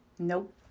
Nope